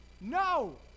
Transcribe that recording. No